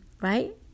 Right